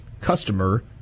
customer